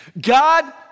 God